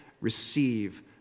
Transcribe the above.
receive